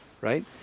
right